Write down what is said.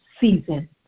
season